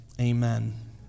amen